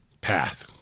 path